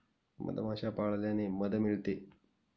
मधमाश्या पाळल्याने मध मिळते